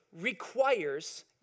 requires